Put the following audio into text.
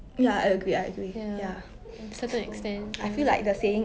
ah ya